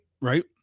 right